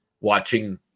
watching